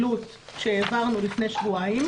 פשוט אין פה שום היגיון כלכלי להמשיך להפעיל את העסקים,